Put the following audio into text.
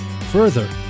Further